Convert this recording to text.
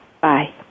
Bye